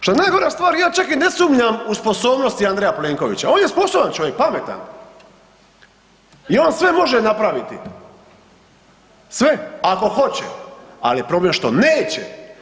Što je najgora stvar ja čak ni ne sumnjam u sposobnosti Andreja Plenkovića, on je sposoban čovjek, pametan i on sve može napraviti, sve ako hoće, al je problem što neće.